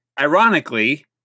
Ironically